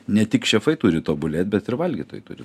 ne tik šefai turi tobulėti bet ir valgytojai turi